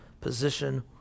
position